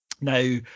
Now